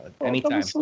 Anytime